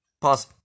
Pause